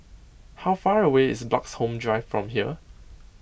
how far away is Bloxhome Drive from here